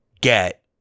get